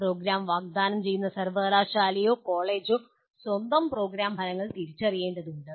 programme വാഗ്ദാനം ചെയ്യുന്ന സർവ്വകലാശാലയോ കോളേജോ സ്വന്തം പ്രോഗ്രാം ഫലങ്ങൾ തിരിച്ചറിയേണ്ടതുണ്ട്